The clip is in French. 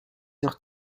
heure